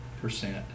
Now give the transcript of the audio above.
percent